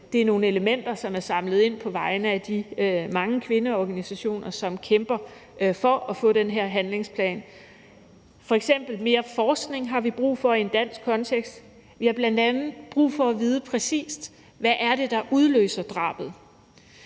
Det er nogle elementer, som er samlet ind på vegne af de mange kvindeorganisationer, som kæmper for at få den her handlingsplan. Vi har f.eks. brug for mere forskning i en dansk kontekst. Vi har bl.a. brug for at vide præcis, hvad det er, der udløser drabet.